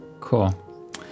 Cool